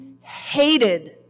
hated